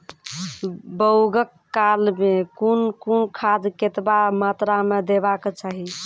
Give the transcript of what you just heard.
बौगक काल मे कून कून खाद केतबा मात्राम देबाक चाही?